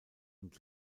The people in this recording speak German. und